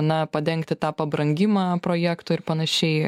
na padengti tą pabrangimą projekto ir panašiai